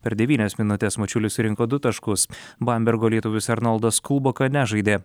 per devynias minutes mačiulis surinko du taškus bambergo lietuvis arnoldas kulboka nežaidė